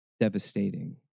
devastating